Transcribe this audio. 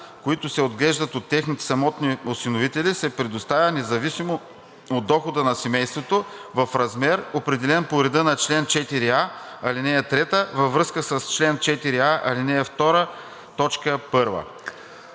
които се отглеждат от техните самотни осиновители, се предоставя независимо от дохода на семейството в размер, определен по реда на чл. 4а, ал. 3 във връзка с чл. 4а, ал. 2, т. 1.“